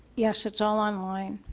yes, it's all on lime.